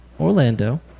Orlando